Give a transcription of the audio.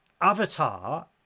avatar